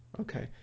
Okay